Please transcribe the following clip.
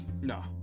No